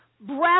Breath